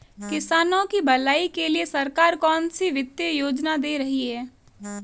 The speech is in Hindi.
किसानों की भलाई के लिए सरकार कौनसी वित्तीय योजना दे रही है?